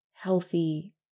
Healthy